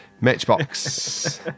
Matchbox